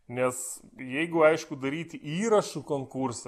nes jeigu aišku daryti įrašų konkursą